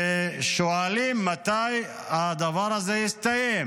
ושואלים מתי הדבר הזה יסתיים.